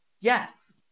Yes